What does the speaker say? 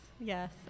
Yes